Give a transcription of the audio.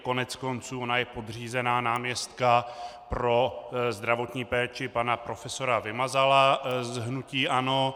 Koneckonců ona je podřízená náměstka pro zdravotní péči pana profesora Vymazala z hnutí ANO.